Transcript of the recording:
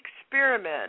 experiment